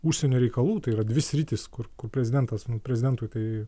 užsienio reikalų tai yra dvi sritys kur prezidentas nu prezidentui tai